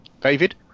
David